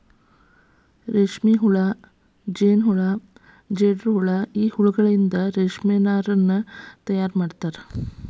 ರೇಷ್ಮೆಹುಳ ಜೇನಹುಳ ಜೇಡರಹುಳ ಈ ಹುಳಗಳಿಂದನು ರೇಷ್ಮೆ ನಾರನ್ನು ತಯಾರ್ ಮಾಡ್ತಾರ